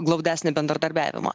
glaudesnio bendradarbiavimo